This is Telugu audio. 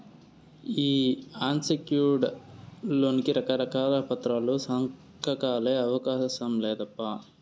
ఈ అన్సెక్యూర్డ్ లోన్ కి రకారకాల పత్రాలు, సంతకాలే అవసరం లేదప్పా